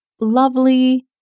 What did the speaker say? lovely